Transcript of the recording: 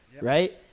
right